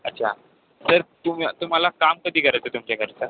अच्छा सर तुम्ही तुम्हाला काम कधी करायचं आहे तुमच्या घरचं